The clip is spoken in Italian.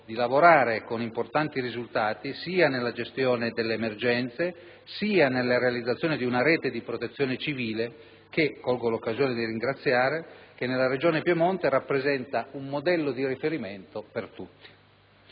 di lavorare con importanti risultati sia nella gestione delle emergenze sia nella realizzazione di una rete di protezione civile - colgo l'occasione di ringraziarlo anche per questo - che nella Regione Piemonte rappresenta un modello di riferimento per tutti.